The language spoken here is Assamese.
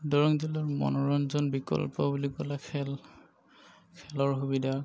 দৰং জিলাৰ মনোৰঞ্জন বিকল্প বুলি ক'লে খেল খেলৰ সুবিধা